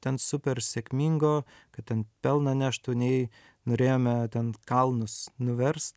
ten super sėkmingo kad ten pelną neštų nei norėjome ten kalnus nuverst